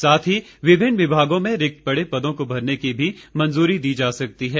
साथ ही विभिन्न विभागों में रिक्त पड़े पदों को भरने की मंजूरी भी दी जा सकती है